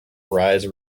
rise